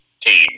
team